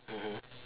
mmhmm